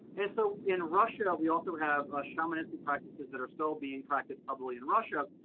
and so in russia, we also have ah shamanistic practices that are still being practiced probably in russia,